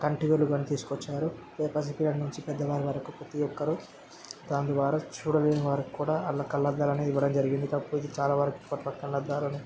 కంటి వెలుగు అని తీసుకొచ్చారు పసి పిల్ల నుంచి పెద్దవారి వరకు ప్రతి ఒక్కరూ దాని ద్వారా చూడలేని వారికి కూడా వాళ్ళ కళ్ళద్దాలు అనేది ఇవ్వడం జరిగింది కాకపోతే చాలా వరకు కొత్త కళ్ళద్దాలను